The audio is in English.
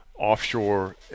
Offshore